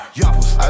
yappers